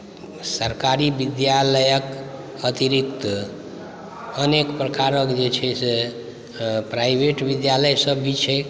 सरकारी विद्यालयक अतिरिक्त अनेक प्रकारक जे छैक से प्राइवेट विद्यालय सभ भी छैक